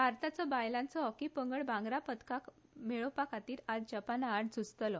भारताचो बायलांचो हॉकी पंगड भांगरा पदक मेळोवपा खातीर आयज जपाना आड झूंजतलो